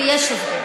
ויש הבדל.